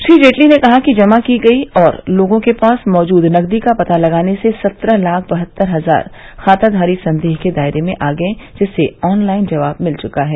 श्री जेटली ने कहा कि जमा की गयी और लोगों के पास मौजूद नगदी का पता लगने से सत्रह लाख बहत्तर हजार खाताधारी संदेह के दायरे में आ गये जिनसे ऑनलाइन जवाब मिल चुका है